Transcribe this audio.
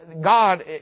God